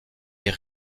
est